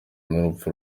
n’urupfu